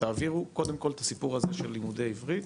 תעבירו קודם כל את הסיפור הזה של לימודי עברית,